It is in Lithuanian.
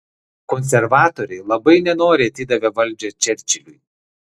konservatoriai labai nenoriai atidavė valdžią čerčiliui